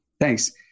Thanks